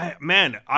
Man